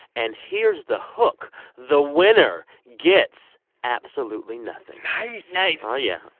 and here's the hook the winner gets absolutely nothing nice nice aw, yeah.